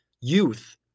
youth